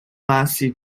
lasi